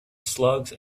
slugs